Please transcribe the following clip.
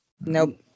Nope